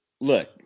look